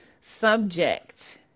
subject